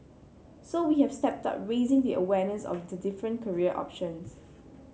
so we have stepped up raising the awareness of the different career options